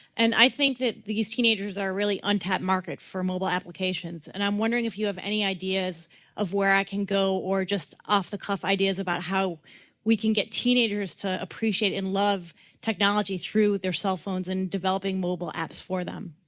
and i think that these teenagers are really untapped market for mobile applications. and i'm wondering if you have any ideas of where i can go or just off the cup ideas about how we can get teenagers to appreciate and love technology through their cell phones and developing mobile apps for them?